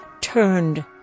turned